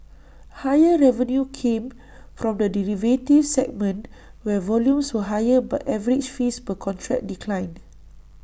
higher revenue came from the derivatives segment where volumes were higher but average fees per contract declined